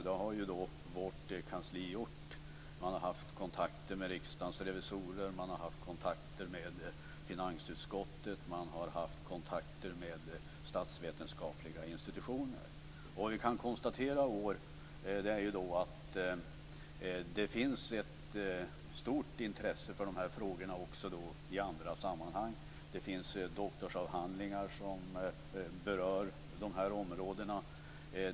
Det har vårt kansli gjort. Man har haft kontakter med Riksdagens revisorer, man har haft kontakter med finansutskottet, och man har haft kontakter med statsvetenskapliga institutioner. Vad vi kan konstatera i år är att det finns ett stort intresse för dessa frågor också i andra sammanhang. Det finns doktorsavhandlingar som berör dessa områden.